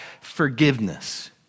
forgiveness